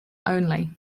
only